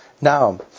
Now